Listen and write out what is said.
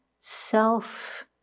self